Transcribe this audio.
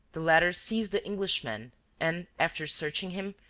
the latter seized the englishman and, after searching him,